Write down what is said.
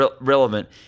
relevant